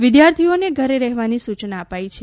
વિદ્યાર્થીઓને ઘરે રહેવાની સૂચના અપાઈ છે